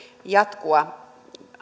jatkua